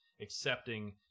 accepting